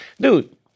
Dude